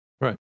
Right